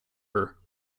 her